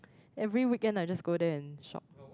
every weekend I just got there and shop